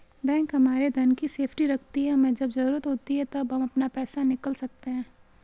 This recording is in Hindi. बैंक हमारे धन की सेफ्टी रखती है हमे जब जरूरत होती है तब हम अपना पैसे निकल सकते है